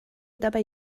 dabei